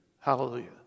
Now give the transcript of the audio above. hallelujah